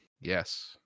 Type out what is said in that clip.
Yes